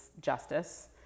justice